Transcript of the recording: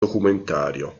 documentario